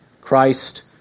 Christ